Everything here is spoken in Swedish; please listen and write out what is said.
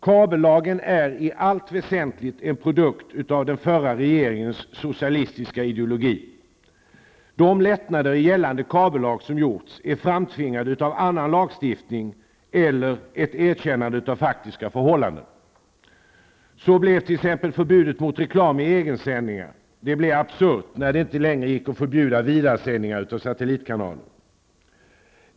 Kabellagen är i allt väsentligt en produkt av den förra regeringens socialistiska ideologi. De lättnader i gällande kabellag som gjorts är framtvingade av annan lagstiftning eller ett erkännande av faktiska förhållanden. Så blev t.ex. förbudet mot reklam i egensändningar absurt när det inte längre gick att förbjuda vidaresändning av satellitkanaler.